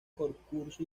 concurso